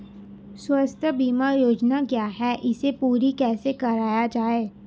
स्वास्थ्य बीमा योजना क्या है इसे पूरी कैसे कराया जाए?